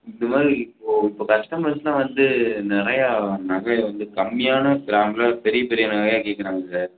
இந்த மாதிரி இப்போது இப்போது கஸ்டமர்ஸ்லாம் வந்து நிறையா நகையை வந்து கம்மியான கிராமில் பெரிய பெரிய நகையாக கேட்குறாங்க சார்